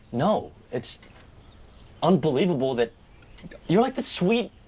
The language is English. no, it's unbelievable that you're like the sweet,